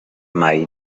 mai